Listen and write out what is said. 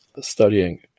studying